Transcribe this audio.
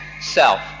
self